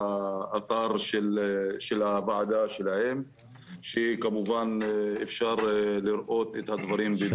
לאתר הוועדה שלהם כך שאפשר לראות את הדברים בבירור.